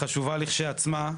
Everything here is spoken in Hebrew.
וועדה הזאת חשובה כשלעצמה,